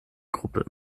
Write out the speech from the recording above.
gruppe